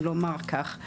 אם לומר כך.